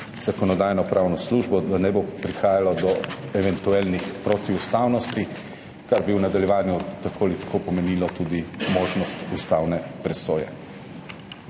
Zakonodajno-pravno službo, da ne bo prihajalo do eventualnih protiustavnosti, kar bi v nadaljevanju tako ali tako pomenilo tudi možnost ustavne presoje.